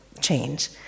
change